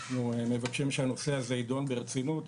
אנחנו מבקשים שהנושא הזה יידון ברצינות.